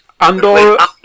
Andorra